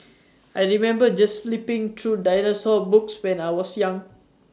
I remember just flipping through dinosaur books when I was young